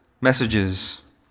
messages